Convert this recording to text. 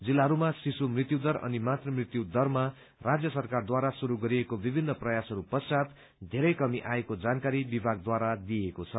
जिल्लाहरूमा शिशु मृत्यु दर अनि मातृ मृत्यु दरमा राज्य सरकारद्वारा शुरू गरिएको विभिन्न प्रयासहरू पश्चात धेरै कमी आएको जानकारी विभागद्वारा दिइएको छ